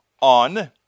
on